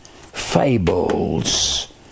fables